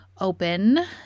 open